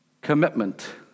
commitment